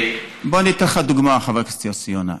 אני אתן לך דוגמה, חבר הכנסת יוסי יונה.